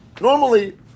normally